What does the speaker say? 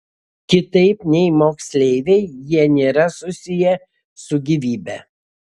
kitaip nei moksleiviai jie nėra susiję su gyvybe